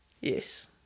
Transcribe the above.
Yes